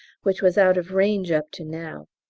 which was out of range up to now,